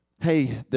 Hey